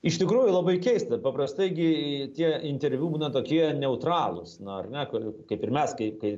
iš tikrųjų labai keista paprastai gi tie interviu būna tokie neutralūs na ar ne kur kaip ir mes kai kai